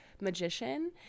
magician